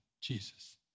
Jesus